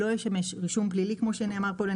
לא ישמש רישום פלילי לנהגים.